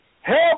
help